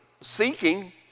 seeking